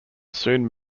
soon